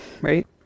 right